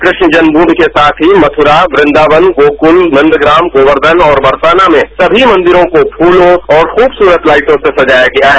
कृष्ण जन्मदूमि के साथ ही मथुरा कृन्दायन गोखुल नन्दग्राम गोबर्षन और बरसाना में सभी मंदिरों को फूलों और खूबसूत लाइटों से सजाया गया है